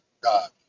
God